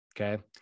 Okay